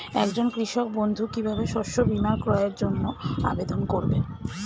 একজন কৃষক বন্ধু কিভাবে শস্য বীমার ক্রয়ের জন্যজন্য আবেদন করবে?